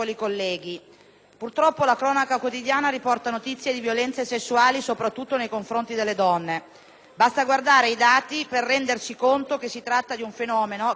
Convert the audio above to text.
Basta guardare i dati per rendersi conto che si tratta di un fenomeno che anziché diminuire continua giorno dopo giorno a crescere. Non ultimo, in questi due giorni, si sono verificate altre violenze sessuali.